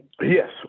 Yes